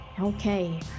okay